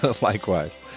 Likewise